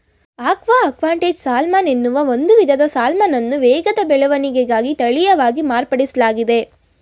aqua advantage salmon ಎನ್ನುವ ಒಂದು ವಿಧದ ಸಾಲ್ಮನನ್ನು ವೇಗದ ಬೆಳವಣಿಗೆಗಾಗಿ ತಳೀಯವಾಗಿ ಮಾರ್ಪಡಿಸ್ಲಾಗಿದೆ